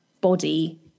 body